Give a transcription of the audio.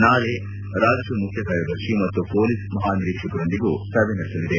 ನಾಳೆ ರಾಜ್ಯ ಮುಖ್ಖಕಾರ್ಲದರ್ಶಿ ಮತ್ತು ಪೊಲೀಸ್ ಮಹಾನಿರೀಕ್ಷಕರೊಂದಿಗೂ ಸಭೆ ನಡೆಸಲಿದೆ